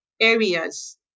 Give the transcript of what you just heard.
areas